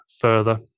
further